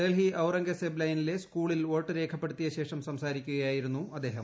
ഡൽഹി ഔറംഗസ്ട്രേണ്ട് പ്ലെ്നിലെ സ്കൂളിൽ വോട്ട് രേഖപ്പെടുത്തിയശേഷം സംസാരിക്കുകുയായിരുന്നു അദ്ദേഹം